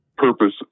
purpose